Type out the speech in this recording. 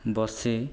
ବସି